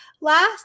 last